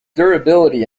durability